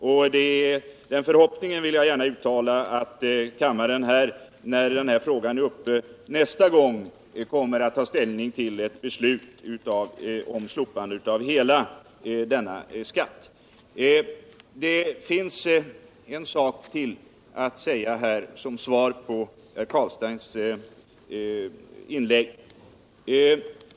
Jag vill också gärna uttala förhoppningen att kammarens ledamöter då frågan är uppe till behandling nästa gång har att ta ställning till ett beslut om slopande av hela denna skatt. Som svar på herr Carlsteins inlägg vill jag säga ytterligare en sak.